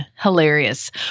Hilarious